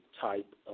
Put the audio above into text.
type